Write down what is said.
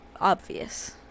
obvious